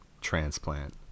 transplant